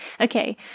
Okay